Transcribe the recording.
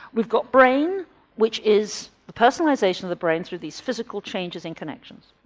we've got brain which is the personalisation of the brain through these physical changes and connections.